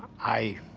i.